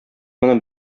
моны